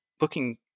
looking